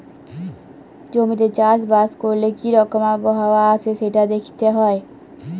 জমিতে চাষ বাস ক্যরলে কি রকম আবহাওয়া আসে সেটা দ্যাখতে হ্যয়